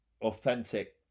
authentic